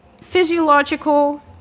physiological